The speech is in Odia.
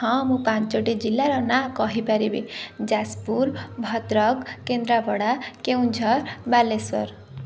ହଁ ମୁଁ ପାଞ୍ଚଟି ଜିଲ୍ଲାର ନାଁ କହିପାରିବି ଯାଜପୁର ଭଦ୍ରକ କେନ୍ଦ୍ରାପଡ଼ା କେଉଁଝର ବାଲେଶ୍ଵର